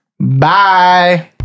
Bye